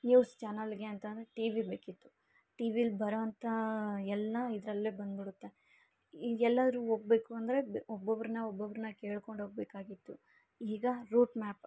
news ಚಾನೆಲ್ಗೆ ಅಂತಂದು T V ಬೇಕಿತ್ತು ಟಿ ವಿಲಿ ಬರೊಂಥಾ ಎಲ್ಲ ಇದರಲ್ಲೆ ಬಂದುಬಿಡುತ್ತೆ ಈಗ ಎಲ್ಲಾರು ಹೋಗಬೇಕು ಅಂದರೆ ಬೆ ಒಬ್ಬೊಬ್ರುನ್ನ ಒಬ್ಬೊಬ್ರುನ್ನ ಕೇಳ್ಕೊಂಡು ಹೋಗ್ಬೇಕಾಗಿತ್ತು ಈಗ ರೂಟ್ ಮ್ಯಾಪ್